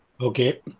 Okay